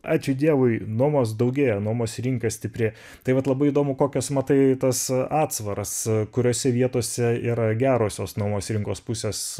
ačiū dievui nuomos daugėja nuomos rinka stipri tai vat labai įdomu kokias matai tas atsvaras kuriose vietose yra gerosios nuomos rinkos pusės